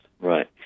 right